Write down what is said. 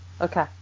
Okay